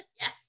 Yes